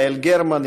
יעל גרמן,